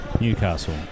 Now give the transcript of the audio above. Newcastle